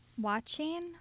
Watching